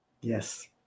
yes